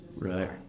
Right